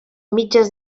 mitges